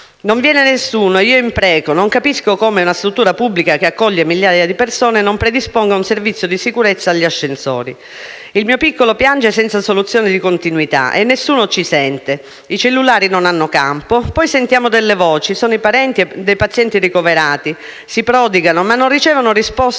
Non viene nessuno e io impreco, non capisco come una struttura pubblica che accoglie migliaia di persone non predisponga un servizio di sicurezza agli ascensori. Il mio piccolo piange senza soluzione di continuità e nessuno ci sente. I cellulari non hanno campo. Poi sentiamo delle voci: sono parenti e pazienti ricoverati, si prodigano, ma non ricevono risposte